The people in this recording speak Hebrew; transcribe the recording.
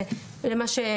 לא נתנו לנו כסף,